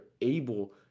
able